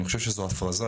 אני חושב שזאת הפרזה.